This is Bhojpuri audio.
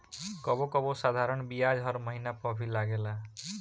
कबो कबो साधारण बियाज हर महिना पअ भी लागेला